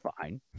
fine